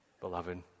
beloved